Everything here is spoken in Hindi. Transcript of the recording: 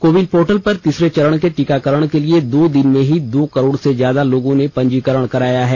को विन पोर्टल पर तीसरे चरण के टीकाकरण के लिए दो दिन में ही दो करोड़ से ज्यादा लोगों ने पंजीकरण कराया है